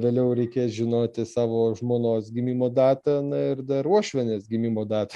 vėliau reikės žinoti savo žmonos gimimo datą na ir dar uošvienės gimimo datą